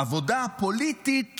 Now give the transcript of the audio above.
עבודה פוליטית